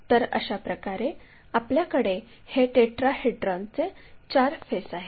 तर अशाप्रकारे आपल्याकडे हे टेट्राहेड्रॉनचे चार फेस आहेत